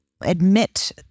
admit